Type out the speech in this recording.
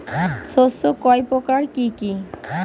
শস্য কয় প্রকার কি কি?